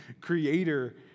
creator